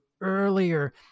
earlier